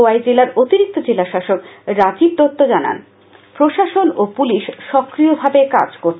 খোয়াই জেলার অতরিক্ত জেলা শাসক রাজীব দত্ত জানান প্রশাসন ও পুলিশ সক্রিয়ভাবে কাজ করছে